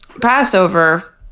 passover